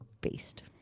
based